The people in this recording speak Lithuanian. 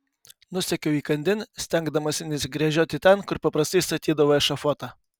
nusekiau įkandin stengdamasi nesigręžioti ten kur paprastai statydavo ešafotą